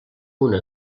una